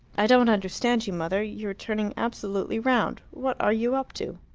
i don't understand you, mother. you are turning absolutely round. what are you up to?